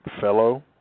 fellow